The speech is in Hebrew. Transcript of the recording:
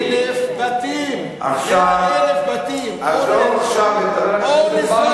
100,000 בתים נהרסו או ניזוקו.